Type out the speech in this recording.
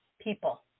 people